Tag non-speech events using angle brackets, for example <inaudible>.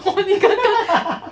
<laughs>